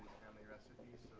their recipes.